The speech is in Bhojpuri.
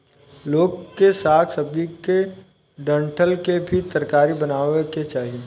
लोग के साग सब्जी के डंठल के भी तरकारी बनावे के चाही